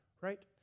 right